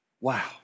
Wow